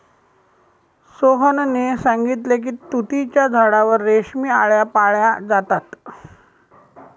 सोहनने सांगितले की तुतीच्या झाडावर रेशमी आळया पाळल्या जातात